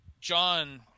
John